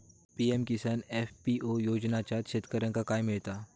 PM Kisan FPO योजनाच्यात शेतकऱ्यांका काय मिळता?